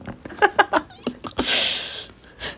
I think you listen right